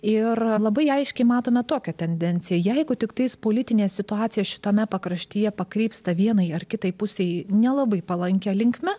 ir labai aiškiai matome tokią tendenciją jeigu tiktais politinė situacija šitame pakraštyje pakrypsta vienai ar kitai pusei nelabai palankia linkme